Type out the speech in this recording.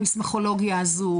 טוב,